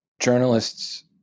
journalists